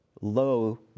low